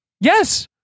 Yes